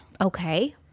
Okay